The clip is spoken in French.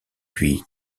puis